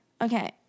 Okay